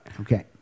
okay